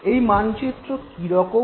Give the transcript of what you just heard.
এই মানচিত্র কীরকম